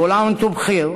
כול עאם ואנתום בח'יר,